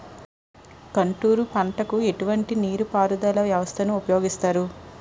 Contour పంటకు ఎటువంటి నీటిపారుదల వ్యవస్థను ఉపయోగిస్తారు?